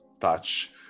touch